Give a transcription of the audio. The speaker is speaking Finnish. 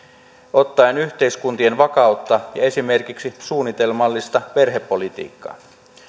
ottaen yhteiskuntien vakautta ja esimerkiksi suunnitelmallista perhepolitiikkaa